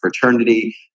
fraternity